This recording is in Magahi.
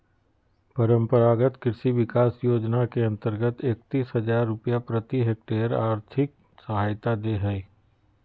परम्परागत कृषि विकास योजना के अंतर्गत एकतीस हजार रुपया प्रति हक्टेयर और्थिक सहायता दे हइ